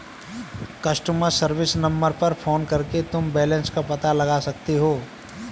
customer service number पर phone करके तुम बैलन्स का पता लगा सकते हो